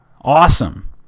awesome